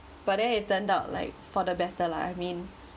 but then it turned out like for the better lah I mean